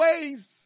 ways